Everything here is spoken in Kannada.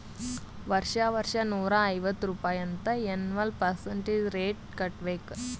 ವರ್ಷಾ ವರ್ಷಾ ನೂರಾ ಐವತ್ತ್ ರುಪಾಯಿ ಅಂತ್ ಎನ್ವಲ್ ಪರ್ಸಂಟೇಜ್ ರೇಟ್ ಕಟ್ಟಬೇಕ್